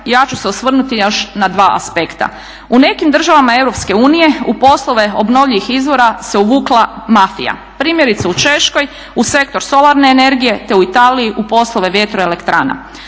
ja ću se osvrnuti još na dva aspekta. U nekim državama EU u poslove obnovljivih izvora se uvukla mafija. Primjerice u Češkoj, u sektor solarne energije, te u Italiji u poslove vjetro elektrana.